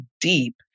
deep